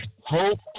hope